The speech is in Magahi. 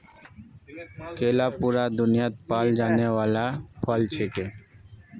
केला पूरा दुन्यात पाल जाने वाला फल छिके